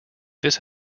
this